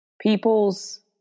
people's